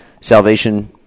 salvation